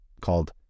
called